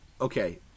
Okay